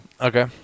Okay